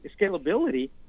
scalability